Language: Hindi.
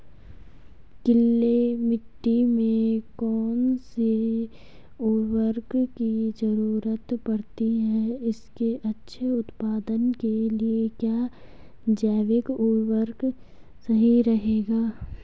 क्ले मिट्टी में कौन से उर्वरक की जरूरत पड़ती है इसके अच्छे उत्पादन के लिए क्या जैविक उर्वरक सही रहेगा?